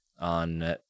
on